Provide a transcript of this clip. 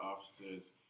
officers